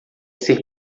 ser